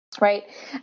Right